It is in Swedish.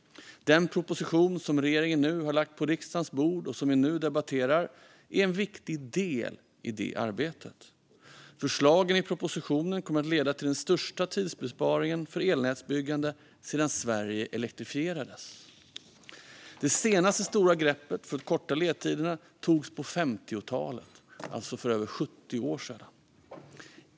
Den proposition som regeringen nu har lagt på riksdagens bord och som vi nu debatterar är en viktig del i det arbetet. Förslagen i propositionen kommer att leda till den största tidsbesparingen för elnätsbyggande sedan Sverige elektrifierades. Det senaste stora greppet för att korta ledtiderna togs på 50-talet, alltså för över 70 år sedan.